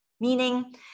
Meaning